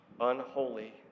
unholy